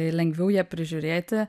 lengviau ją prižiūrėti